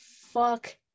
Fuck